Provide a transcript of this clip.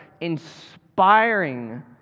inspiring